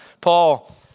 Paul